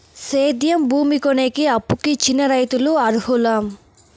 సేద్యం భూమి కొనేకి, అప్పుకి చిన్న రైతులు అర్హులా?